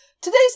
Today's